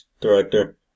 director